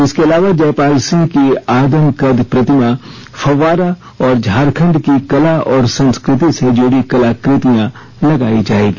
इसके अलावा जयपाल सिंह की आदमकद प्रतिमा फव्वारा और झारखंड की कला और संस्कृति से जुड़ी कलाकृतियां लगाई जाएगी